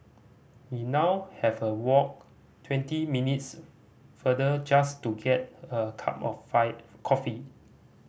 we now have walk twenty minutes farther just to get a cup of coffee